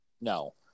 no